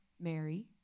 Mary